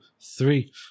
three